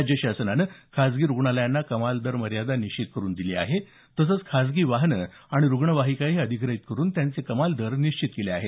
राज्य शासनानं खाजगी रुग्णालयांना कमाल दर मर्यादा निश्चित करून दिली आहे तसंच खाजगी वाहनं आणि रुग्णवाहिका अधिग्रहीत करून त्यांचेही कमाल दर निश्चित केले आहेत